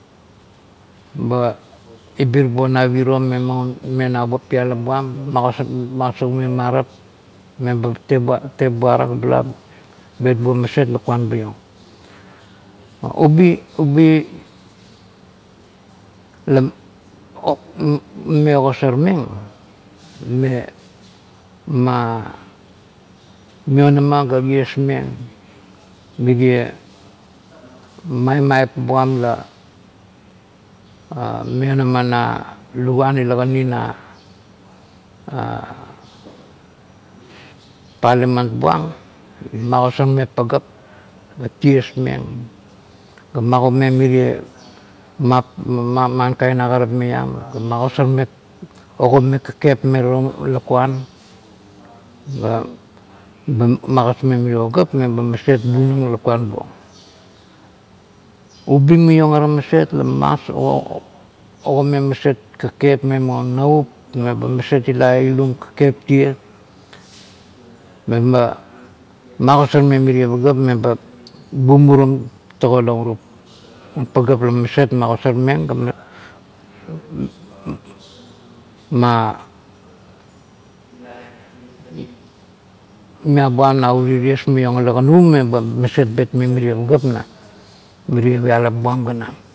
Ba ibir buong na pirom me maun mena pialap buam, magosar magosarmeng <> marap meba tebuara tebuara <> ga bula bet beiong maset lakuan maiong. Ubi-ubi <> la "o" mame ogosarmeng me ma maionamaga ties eng merie maimai buan la maionama na luguan ila kani na paliman buang, magosarmeng pagap, ties meng ga magomeng mirie man kain agatip maiam, ga ba ogomeng kakep me tago akuan ga ba magosarmeng merio pagap meba maset bunang lakuan buong. Ubi maiong ara maset la mas agomeng maset me maun navup meba maet ila ilum kekep tie, meba magosarmeng mirie pagap meba bumumurum tago laurup na pagap la maset magosarmeng ga "man, man" ma miabuam na urio ties ula kena meba maset betmeng merie pagap na pialap buam ganam